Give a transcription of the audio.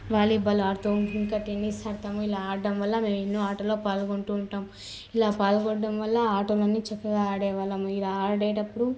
volleyball ఆడుతు ఇంకా tennis ఆడతాము ఇలా ఆడడం వల్ల మేము ఎన్నో ఆటల్లో పాల్గొంటు ఉంటాం ఇలా పాల్గొనటం వల్ల ఆటలన్నీ చక్కగా ఆడేవాళ్ళం ఇలా ఆడేటప్పుడు